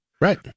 Right